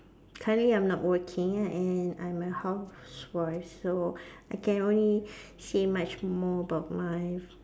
currently I'm not working right and I'm a housewife so I can only say much more about my